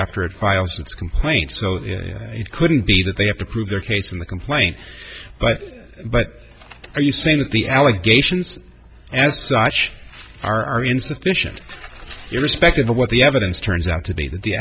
after it files its complaint so it couldn't be that they have to prove their case in the complaint but but are you saying that the allegations as such are insufficient irrespective of what the evidence turns out to